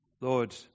Lord